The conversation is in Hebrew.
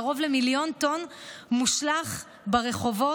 קרוב למיליון טונות מושלכות ברחובות,